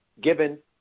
given